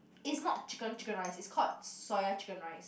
is not chicken chicken rice it's called soya chicken rice